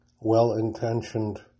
well-intentioned